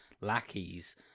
lackeys